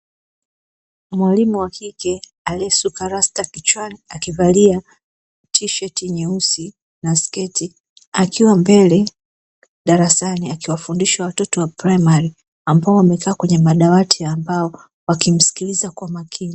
Mwalimu wa kike aliyesuka rasta kichwani akivalia tisheti nyeusi na sketi, akiwa mbele darasani akiwafundisha watoto wa praimari ambao wamekaa kwenye madawati ya mbao wakimsikiliza kwa makini.